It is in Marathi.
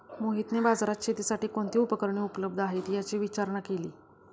मोहितने बाजारात शेतीसाठी कोणती उपकरणे उपलब्ध आहेत, याची विचारणा केली